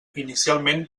inicialment